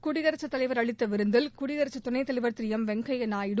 குடியரகத்தலைவர் அளித்த விருந்தில் குடியரசுத் துணைத் தலைவர் திரு வெங்கய்யா நாயுடு